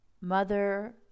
mother